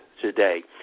today